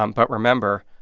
um but remember,